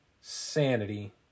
sanity